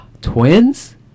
twins